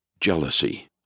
Jealousy